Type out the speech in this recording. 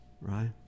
Right